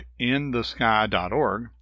inthesky.org